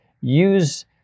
use